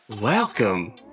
Welcome